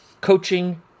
coaching